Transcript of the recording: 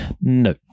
No